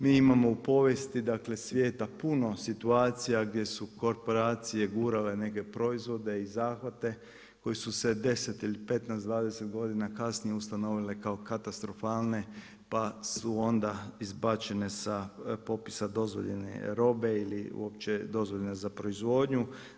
Mi imamo u povijesti dakle svijeta puno situacija gdje su korporacije gurale neke proizvode i zahvate koji su se 10 ili 15, 20 godina kasnije ustanovile kao katastrofalne pa su onda izbačene sa popisa dozvoljene robe ili uopće dozvoljene za proizvodnju.